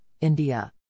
India